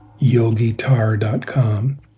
yogitar.com